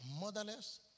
motherless